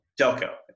Delco